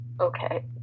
Okay